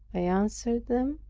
i answered them,